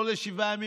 לא לשבעה ימים,